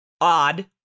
odd